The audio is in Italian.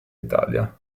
italia